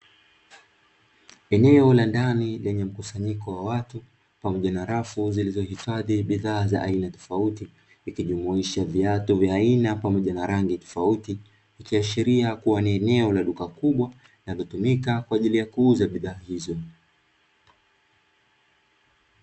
Eneo la ndani lenye mkusanyiko wa watu pamoja na rafu zilizohifadhi bidhaa za aina tofauti ikijumuisha viatu vya aina pamoja na rangi tofauti, ikiashiria kuwa ni eneo la duka kubwa na imetumika kwa ajili ya kuuza bidhaa hizo.